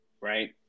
right